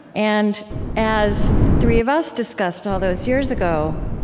and as the three of us discussed all those years ago,